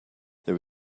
there